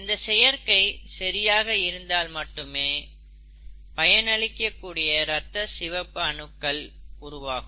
இந்த சேர்க்கை சரியாக இருந்தால் மட்டுமே பயனளிக்கக்கூடிய ரத்த சிவப்பு அணுக்கள் உருவாகும்